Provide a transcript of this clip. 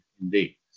indeed